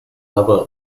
lover